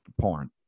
Porn